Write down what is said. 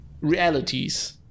realities